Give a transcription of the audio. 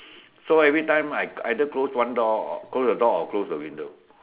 so every time I either close one door close the door or close the window